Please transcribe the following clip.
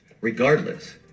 Regardless